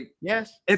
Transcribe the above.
Yes